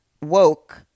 woke